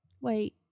Wait